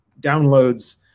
downloads